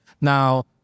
Now